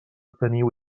teniu